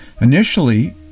Initially